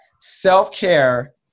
self-care